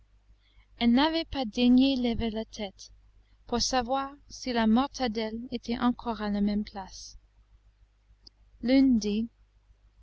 elles n'avaient pas daigné lever la tête pour savoir si la mortadelle était encore à la même place l'une